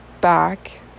back